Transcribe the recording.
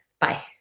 Bye